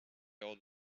old